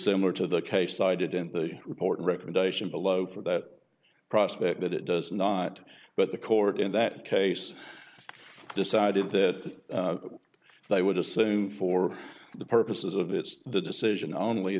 similar to the case cited in the report recommendation below for that prospect that it does not but the court in that case decided that they would assume for the purposes of its the decision only